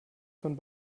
von